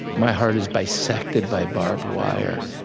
my heart is bisected by barbed wire.